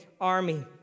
army